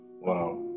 wow